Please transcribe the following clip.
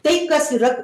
tai kas yra